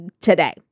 today